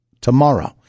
tomorrow